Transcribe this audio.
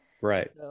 Right